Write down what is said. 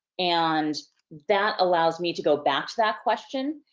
and that allows me to go back to that question.